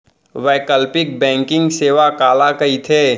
वैकल्पिक बैंकिंग सेवा काला कहिथे?